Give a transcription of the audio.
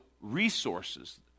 resources